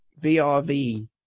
VRV